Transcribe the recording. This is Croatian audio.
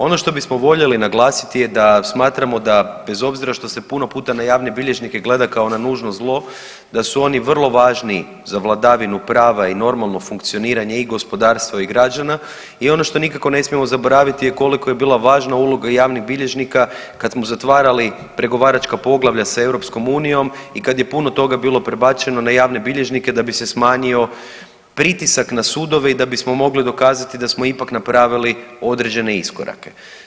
Ono što bismo voljeli naglasiti je da smatramo da bez obzira što se puno puta na javne bilježnike gleda kao na nužno zlo da su oni vrlo važni za vladavinu prava i normalno funkcioniranje i gospodarstva i građana i ono što nikako ne smijemo zaboraviti je koliko je bila važna uloga javnih bilježnika kad smo zatvarali pregovaračka poglavlja sa EU i kada je puno toga bilo prebačeno na javne bilježnike da bi se smanjio pritisak na sudove i da bismo mogli dokazati da smo ipak napravili određene iskorake.